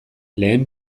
lehen